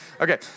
Okay